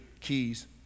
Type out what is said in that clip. keys